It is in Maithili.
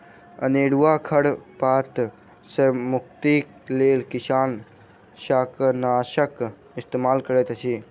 अनेरुआ खर पात सॅ मुक्तिक लेल किसान शाकनाशक इस्तेमाल करैत अछि